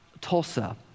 Tulsa